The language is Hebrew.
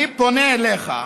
אני פונה אליך: